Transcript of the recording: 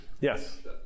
Yes